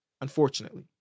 unfortunately